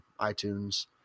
iTunes